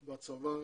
בצבא,